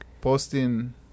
posting